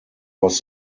was